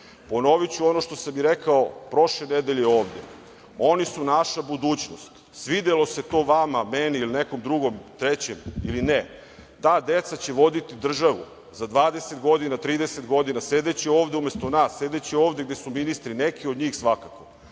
Ponoviću ono što sam i rekao prošle nedelje ovde - oni su naša budućnost, svidelo se to vama, meni ili nekom drugom, trećem ili ne. Ta deca će voditi državu za 20, 30 godina. Sedeće ovde umesto nas, sedeće ovde gde su ministri, neki od njih svakako